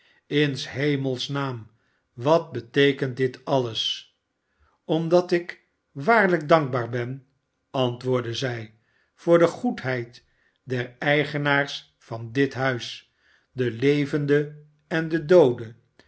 hemels naam wat beteekent dit alles omdat ik waarlijk dankbaar ben antwoordde zij voor de goedheid der eigenaars van dit huis de levende en de doode